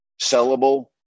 sellable